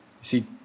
See